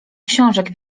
książek